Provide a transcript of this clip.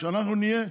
כשאנחנו נהיה,